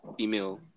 email